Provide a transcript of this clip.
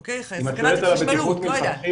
אוקי, סכנת התחשמלות, לא יודעת.